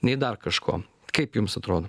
nei dar kažko kaip jums atrodo